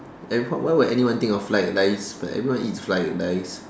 and why would anyone think of fried rice but everyone eat fried rice